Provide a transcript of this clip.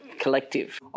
Collective